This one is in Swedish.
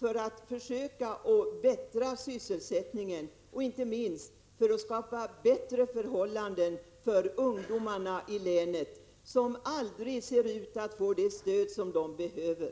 för att förbättra sysselsättningen och inte minst skapa bättre förhållanden för ungdomarna i länet som aldrig ser ut att få det stöd de behöver.